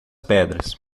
pedras